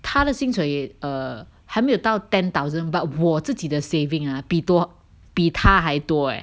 他的薪水 err 还没有到 ten thousand but 我自己的 saving ah 比多比他还多 eh